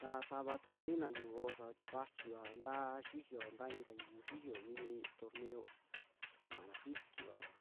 Ta savatuku minaa ñiu'u xoo, sava tie kuachiva ntaa xiyoo ntaa ika ñu'u xiyoo mi torneo, kuaara sikivara,